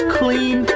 clean